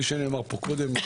כפי שנאמר פה קודם,